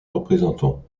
représentant